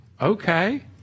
Okay